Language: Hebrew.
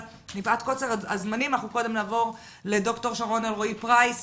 אבל מפאת קוצר הזמנים נעבור לד"ר שרון אלרעי פרייס